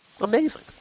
Amazing